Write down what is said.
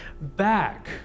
back